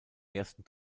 ersten